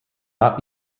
not